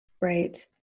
Right